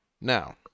Now